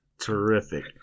Terrific